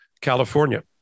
California